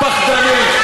פחדנים.